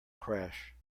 crash